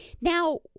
Now